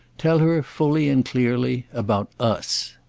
tell her, fully and clearly, about us.